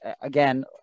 again